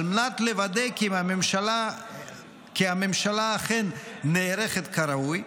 על מנת לוודא כי הממשלה אכן נערכת כראוי,